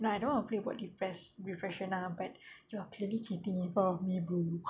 no I don't want to play about depressed but you're clearly cheating in front of me boo